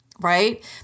right